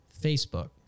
Facebook